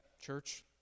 church